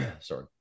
sorry